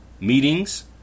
meetings